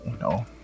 no